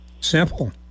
Simple